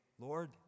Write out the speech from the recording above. Lord